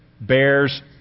bears